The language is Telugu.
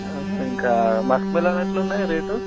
ఇంకా మస్క్ మిలన్ ఎట్లున్నాయి రేటు